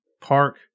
park